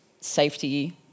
safety